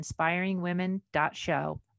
inspiringwomen.show